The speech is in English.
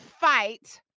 fight